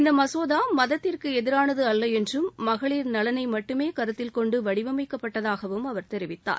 இந்த மகோதா குறிப்பிட்டமதத்திற்கு எதிரானது அல்ல என்றும் மகளிர் நலனை மட்டுமே கருத்தில்கொண்டு வடிவமைக்கப்பட்டதாகவும் அவர் தெரிவித்தார்